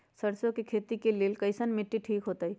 सरसों के खेती के लेल कईसन मिट्टी ठीक हो ताई?